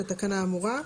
לתקנה האמורה.